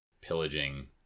pillaging